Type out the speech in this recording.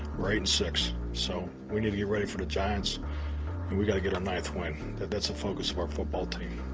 we're eight six, so we need to get ready for the giants and we gotta get our ninth win. that's the focus of our football team.